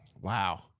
Wow